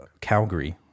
Calgary